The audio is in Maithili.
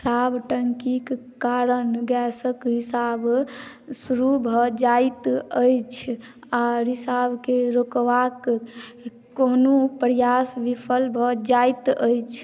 खराब टङ्कीके कारण गैसक रिसाव शुरू भऽ जाइत अछि आ रिसावके रोकबाक कोनाहु प्रयास विफल भऽ जाइत अछि